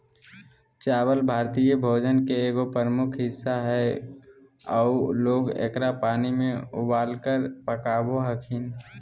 चावल भारतीय भोजन के एगो प्रमुख हिस्सा हइ आऊ लोग एकरा पानी में उबालकर पकाबो हखिन